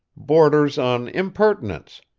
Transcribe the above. borders on impertinence.